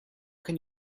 can